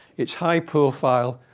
it's high profile,